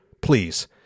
please